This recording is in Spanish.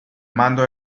mando